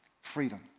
freedom